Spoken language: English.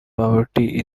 poverty